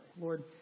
Lord